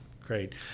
Great